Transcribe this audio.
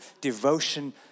devotion